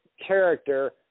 character